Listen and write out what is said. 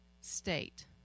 state